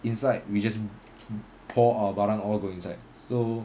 inside we just pour all our barang all go inside so